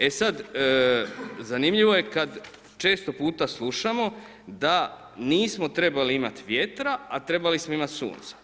E sad, zanimljivo je kad često puta slušamo da nismo trebali imati vjetra, a trebali smo imati sunca.